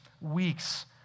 weeks